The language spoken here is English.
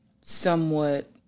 somewhat